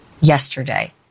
Yesterday